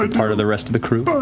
ah part of the rest of the crew.